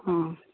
ହଁ